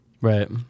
Right